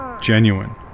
genuine